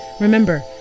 remember